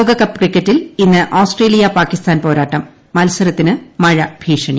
ലോകകപ്പ് ക്രിക്കറ്റിൽ ഇന്ന് ക്രാസ്ട്രേലിയ പാകിസ്ഥാൻ പോരാട്ടം മത്സരത്തിന് മഴ ഭീഷണി